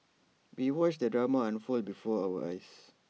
we watched the drama unfold before our eyes